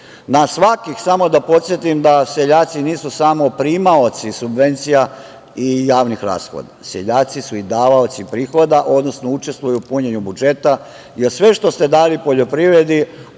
koristi. Samo da podsetim da seljaci nisu samo primaoci subvencija i javnih rashoda, seljaci su i davaoci prihoda, odnosno učestvuju u punjenju budžeta, jer sve što ste dali poljoprivredi,